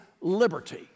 liberty